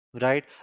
right